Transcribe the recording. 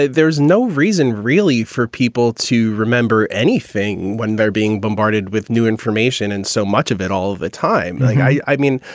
there's no reason really for people to remember anything when they're being bombarded with new information and so much of it all the time. i mean,